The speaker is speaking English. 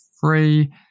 free